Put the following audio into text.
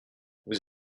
vous